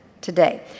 today